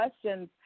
questions